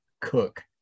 cook